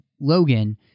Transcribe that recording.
Logan